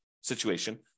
situation